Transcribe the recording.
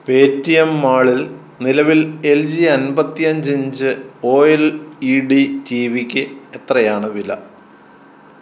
pay T M മാളിൽ നിലവിൽ L G അൻപത്തി അഞ്ചിഞ്ച് ഓ എൽ ഈ ഡി ടീ വിക്ക് എത്രയാണ് വില